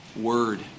word